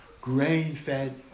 grain-fed